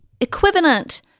equivalent